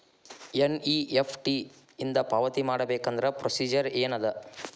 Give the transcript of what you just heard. NEFT ಇಂದ ಪಾವತಿ ಮಾಡಬೇಕಂದ್ರ ಪ್ರೊಸೇಜರ್ ಏನದ